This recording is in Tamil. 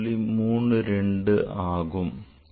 32 ஆகும்